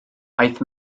aeth